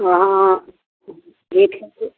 हाँ नीक हेतै